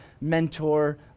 mentor